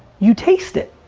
you taste it.